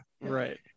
Right